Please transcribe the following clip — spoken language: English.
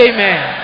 Amen